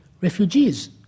refugees